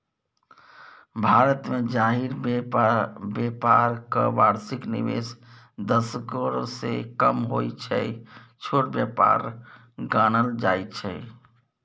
भारतमे जाहि बेपारक बार्षिक निबेश दस करोड़सँ कम होइ छै छोट बेपार गानल जाइ छै